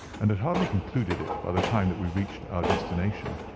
and had hardly concluded it by the time that we reached our destination.